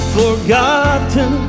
forgotten